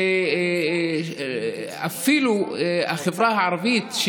אפילו החברה הערבית,